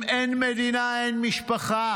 אם אין מדינה אין משפחה,